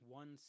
one